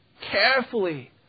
carefully